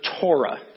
Torah